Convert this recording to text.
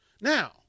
Now